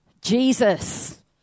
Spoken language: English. Jesus